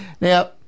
Now